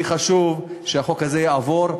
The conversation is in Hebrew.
לי חשוב שהחוק הזה יעבור.